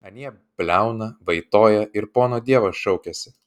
anie bliauna vaitoja ir pono dievo šaukiasi